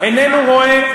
איננו רואה,